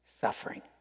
suffering